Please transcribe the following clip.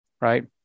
right